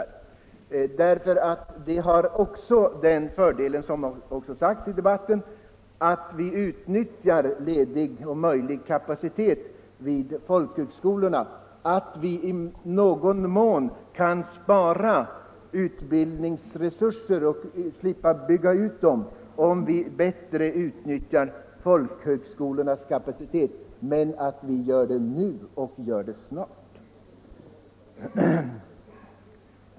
Reservationens förslag har nämligen också den fördelen — det har redan sagts i debatten — att vi utnyttjar ledig kapacitet vid folkhögskolorna. Vi kan i någon mån spara utbildningsresurser och slippa bygga ut dem, om vi bättre utnyttjar folkhögskolornas kapacitet. Men vi skall göra det snart, vi skall göra det nu.